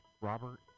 Robert